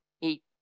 eat